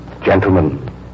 Gentlemen